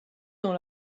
dans